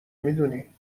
میدونی